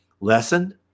lessened